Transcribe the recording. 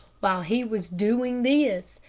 while he was doing this,